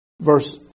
Verse